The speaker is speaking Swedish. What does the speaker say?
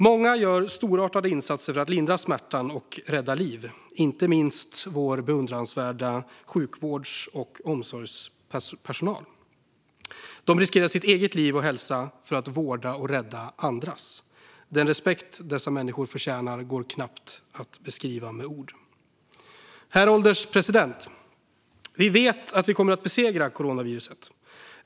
Många gör storartade insatser för att lindra smärtan och rädda liv, inte minst vår beundransvärda sjukvårds och omsorgspersonal. De riskerar sitt eget liv och sin egen hälsa för att vårda och rädda andras. Den respekt dessa människor förtjänar går knappt att beskriva med ord. Frågor om film och public service Herr ålderspresident! Vi vet att vi kommer att besegra coronaviruset.